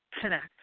connect